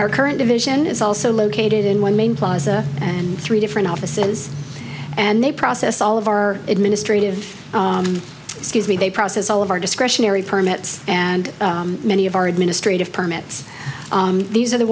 our current division is also located in one main plaza and three different offices and they process all of our administrative excuse me they process all of our discretionary permits and many of our administrative permits these are the